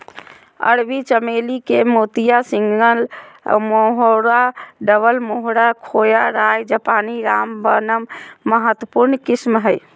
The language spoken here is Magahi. अरबी चमेली के मोतिया, सिंगल मोहोरा, डबल मोहोरा, खोया, राय जापानी, रामबनम महत्वपूर्ण किस्म हइ